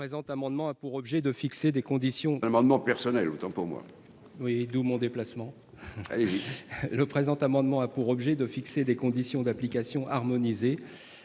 le présent amendement a pour objet de fixer des conditions d'application entre